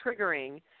triggering